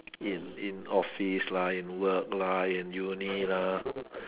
in in office lah in work lah in uni lah